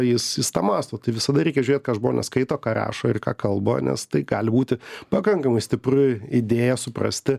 jis jis tą mąsto tai visada reikia žiūrėt ką žmonės skaito ką rašo ir ką kalba nes tai gali būti pakankamai stipri idėja suprasti